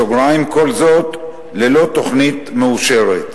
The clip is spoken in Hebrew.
כל זאת ללא תוכנית מאושרת.